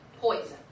poison